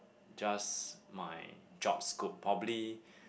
just my jobs scope probably